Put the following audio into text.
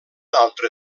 altre